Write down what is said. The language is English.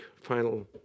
final